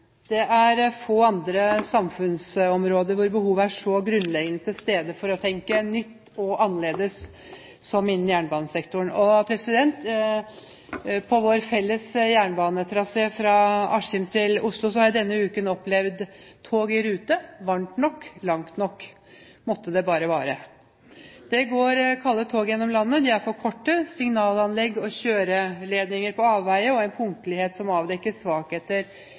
Det er få andre samfunnsområder hvor behovet er så grunnleggende til stede for å tenke nytt og annerledes som innen jernbanesektoren. President, på vår felles jernbanetrasé fra Askim til Oslo har jeg denne uken opplevd tog i rute, at det er varmt nok, og at det er langt nok – måtte det bare vare. Det går kalde tog gjennom landet, det er for korte tog, signalanlegg og kjøreledninger er på avveier, og mangelen på punktlighet avdekker svakheter